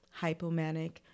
hypomanic